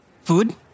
Food